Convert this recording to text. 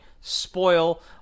spoil